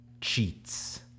cheats